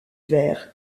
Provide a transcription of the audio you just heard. vers